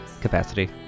capacity